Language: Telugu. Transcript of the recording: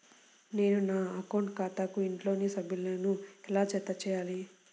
నేను నా అకౌంట్ ఖాతాకు ఇంట్లోని సభ్యులను ఎలా జతచేయాలి?